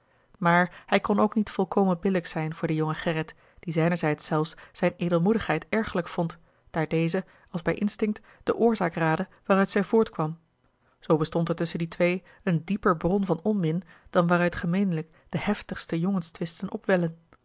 maar hij kon ook niet volkomen billijk zijn voor den jongen gerrit die zijnerzijds zelfs zijne edelmoedigheid ergerlijk vond daar deze als bij instinct de oorzaak raadde waaruit zij voortkwam zoo bestond er tusschen die twee een dieper bron van onmin dan waaruit gemeenlijk de heftigste jongenstwisten opwellen